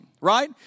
right